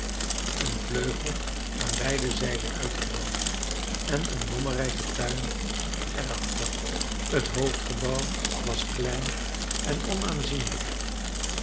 een vleugel aan beide zijden uitgebouwd en een lommerrijken tuin er achter t hoofdgebouw was klein en